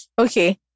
Okay